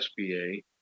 SBA